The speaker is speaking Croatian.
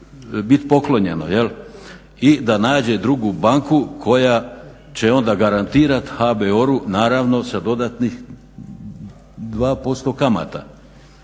bit poklonjeno i da nađe drugu banku koja će onda garantirat HBOR-u naravno sa dodatnih 2% kamata.